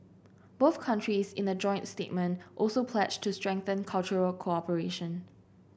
both countries in a joint statement also pledged to strengthen cultural cooperation